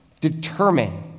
Determine